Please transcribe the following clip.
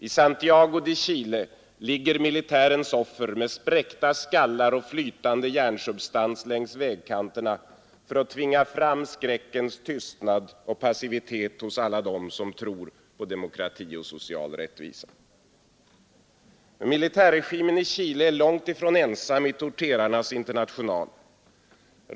I Santiago de Chile ligger militärens offer med spräckta skallar och flytande hjärnsubstans längs vägkanterna för att tvinga fram skräckens tystnad och passivitet hos alla dem som tror på demokrati och social rättvisa. Militärregimen i Chile är långt ifrån ensam i torterarnas international.